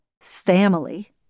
family